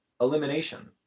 elimination